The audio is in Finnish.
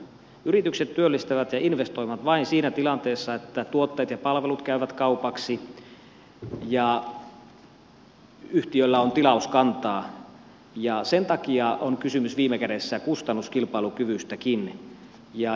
yritykset työllistävät ja investoivat vain siinä tilanteessa että tuotteet ja palvelut käyvät kaupaksi ja yhtiöillä on tilauskantaa ja sen takia on kysymys viime kädessä kustannuskilpailukyvystäkin